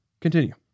Continue